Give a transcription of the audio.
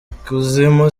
kuzimu